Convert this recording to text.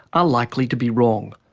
ah likely to be wrong,